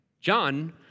John